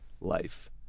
life